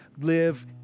live